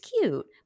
cute